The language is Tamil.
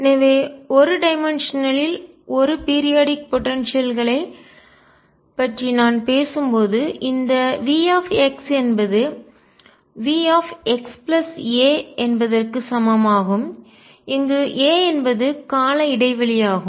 எனவே 1D டைமென்சன் இல் ஒரு பீரியாடிக் போடன்சியல் களை குறிப்பிட்ட கால இடைவெளி ஆற்றல்பற்றி நான் பேசும்போது இந்த V என்பது V x a என்பதற்கு சமம் ஆகும் இங்கு a என்பது கால இடைவெளியாகும்